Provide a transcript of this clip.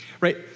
Right